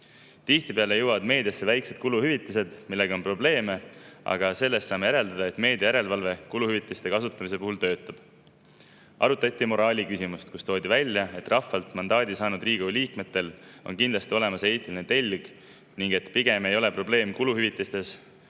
Tihtipeale jõuavad meediasse väiksed kuluhüvitised, millega on probleeme. Sellest saame järeldada, et meedia järelevalve kuluhüvitiste kasutamise puhul töötab. Arutati moraaliküsimust ning toodi välja, et rahvalt mandaadi saanud Riigikogu liikmetel on kindlasti olemas eetiline telg ning probleem ei ole mitte kuluhüvitistes,